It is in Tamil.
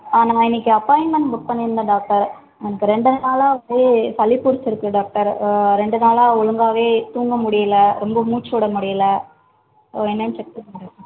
ஆமா இன்றைக்கி அப்பாயின்ட்மெண்ட் புக் பண்ணியிருந்தேன் டாக்டர் எனக்கு ரெண்டு நாளாக ஒரே சளிப் பிடிச்சிருக்கு டாக்டர் ரெண்டு நாளா ஒழுங்காவே தூங்க முடியலை ரொம்ப மூச்சுவிட முடியலை அது என்னென்னு செக் பண்ணுங்க டாக்டர்